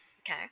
Okay